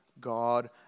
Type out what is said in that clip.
God